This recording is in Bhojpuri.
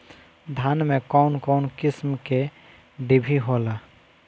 धान में कउन कउन किस्म के डिभी होला?